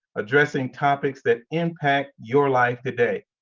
addressing topics that impact your life today.